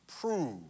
prove